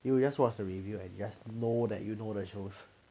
you just watch the review and you just know that you know the show